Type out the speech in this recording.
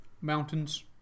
mountains